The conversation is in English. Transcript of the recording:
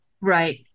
Right